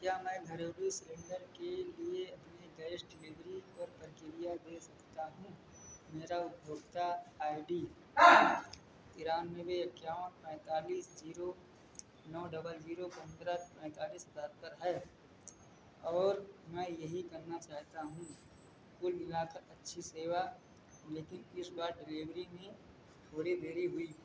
क्या मैं घरेलू सिलिन्डर के लिए अपने गैस डिलीभरी पर प्रक्रिया दे सकता हूँ मेरा उपभोक्ता आइ डी तिरानब्बे इक्यावन पैंतालीस शून्य नौ डबल शून्य पन्द्रह पैंतालिस पर है और मैं यही करना चाहता हूँ तक अच्छी सेवा लेकिन इस बार डेलीभरी भी थोड़ी देरी हुई